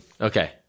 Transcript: Okay